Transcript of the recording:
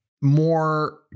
more